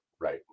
Right